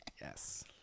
Yes